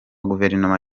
guverinoma